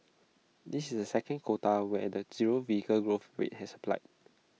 this is the second quota where the zero vehicle growth rate has applied